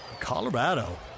Colorado